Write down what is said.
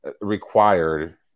required